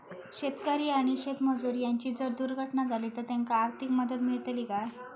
शेतकरी आणि शेतमजूर यांची जर दुर्घटना झाली तर त्यांका आर्थिक मदत मिळतली काय?